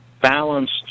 balanced